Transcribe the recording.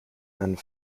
and